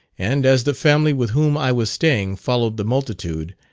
and as the family with whom i was staying followed the multitude,